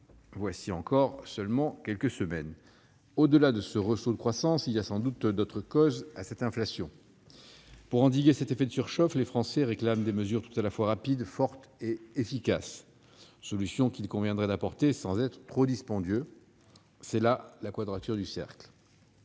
voilà encore seulement quelques semaines. Au-delà de ce rebond de croissance, il y a sans doute d'autres causes à l'inflation. Pour endiguer l'effet de surchauffe, les Français réclament des mesures tout à la fois rapides, fortes et efficaces, solutions qu'il conviendrait d'apporter sans être trop dispendieux : il va falloir résoudre la quadrature du cercle.